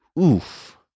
oof